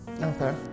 Okay